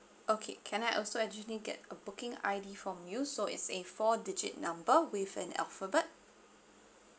okay can I also actually get a booking I_D from you so it's a four digit number with an alphabet